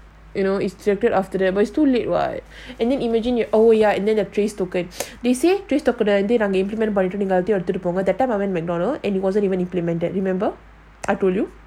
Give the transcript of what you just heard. you know it's separate after that but it's too late what and then imagine you oh ya and then the trace tokens they say trace token right வந்துநம்ம that time I went macdonald and it wasn't even implemented remember I told you